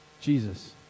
Jesus